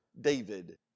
David